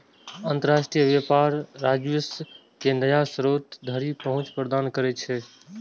अंतरराष्ट्रीय व्यापार राजस्व के नया स्रोत धरि पहुंच प्रदान करै छै